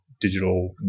digital